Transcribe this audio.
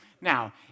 Now